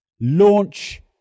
launch